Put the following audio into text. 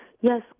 Yes